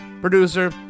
producer